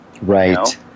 Right